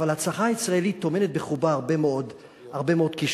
אבל ההצלחה הישראלית טומנת בחובה הרבה מאוד כישלונות,